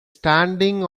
standing